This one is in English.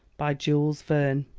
by jules verne